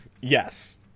yes